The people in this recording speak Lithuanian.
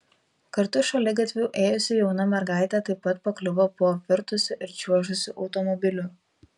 kartu šaligatviu ėjusi jauna mergaitė taip pat pakliuvo po apvirtusiu ir čiuožusiu automobiliu